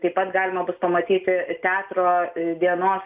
taip pat galima bus pamatyti teatro dienos